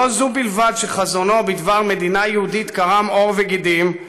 לא זו בלבד שחזונו בדבר מדינה יהודית קרם עור וגידים,